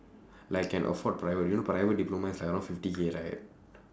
like can afford private you know private diploma is like around fifty K right